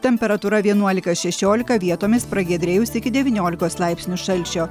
temperatūra vienuolika šešiolika vietomis pragiedrėjus iki devyniolikos laipsnių šalčio